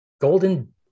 Golden